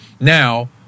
Now